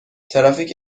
ترافیک